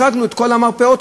החרגנו את כל המרפאות,